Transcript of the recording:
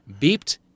beeped